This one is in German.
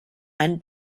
ein